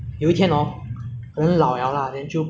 泰国 ah 尤其是泰国那些 takkwa